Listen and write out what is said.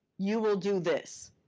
you will do this,